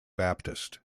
baptist